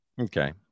okay